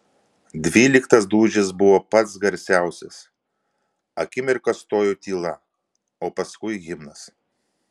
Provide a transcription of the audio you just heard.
dvyliktas dūžis buvo pats garsiausias akimirką stojo tyla o paskui himnas